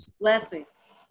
Blessings